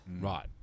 Right